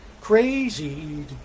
Crazy